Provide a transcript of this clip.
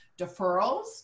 deferrals